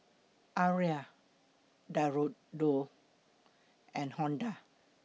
Arai Diadora and Honda